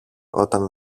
όταν